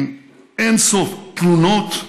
עם אין-סוף תלונות,